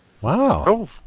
Wow